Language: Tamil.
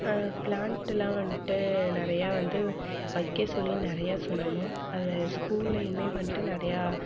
பிளாண்ட்டலாம் வன்ட்டு நிறைய வந்து வைக்க சொல்லி நிறையா சொல்லணும் அதை ஸ்கூலேயுமே வன்ட்டு நிறையா